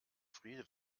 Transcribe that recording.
friede